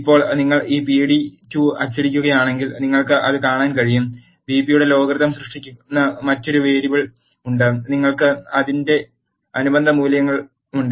ഇപ്പോൾ നിങ്ങൾ ഈ pd2 അച്ചടിക്കുകയാണെങ്കിൽ നിങ്ങൾക്ക് അത് കാണാൻ കഴിയും ബിപിയുടെ ലോഗരിതം സൃഷ്ടിക്കുന്ന മറ്റൊരു വേരിയബിൾ ഉണ്ട് നിങ്ങൾക്ക് അതിന്റെ അനുബന്ധ മൂല്യങ്ങളുണ്ട്